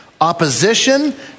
opposition